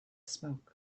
smoke